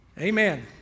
Amen